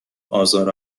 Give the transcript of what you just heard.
آزار